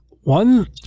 One